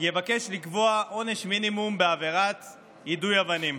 יבקש לקבוע עונש מינימום בעבירת יידוי אבנים.